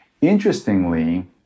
Interestingly